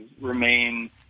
remain